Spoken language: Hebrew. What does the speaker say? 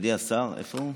מכובדי השר, איפה הוא?